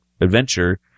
adventure